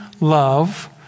love